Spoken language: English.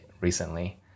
recently